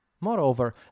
Moreover